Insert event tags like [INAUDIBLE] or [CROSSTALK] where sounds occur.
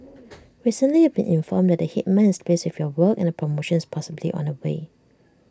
[NOISE] recently you've been informed that the Headman is pleased with your work and A promotion is possibly on the way